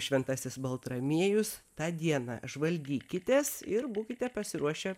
šventasis baltramiejus tą dieną žvalgykitės ir būkite pasiruošę